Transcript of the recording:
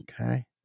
Okay